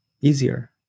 easier